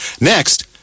Next